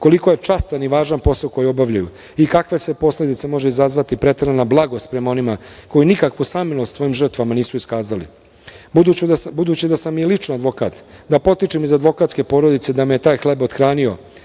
koliko je častan i važan posao koji obavljaju i kakve sve posledice može izazvati preterana blagost prema onima koji nikakvu samilost svojim žrtvama nisu iskazali. Budući da sam i lično advokat, da potičem iz advokatske porodice, da me je taj hleb othranio,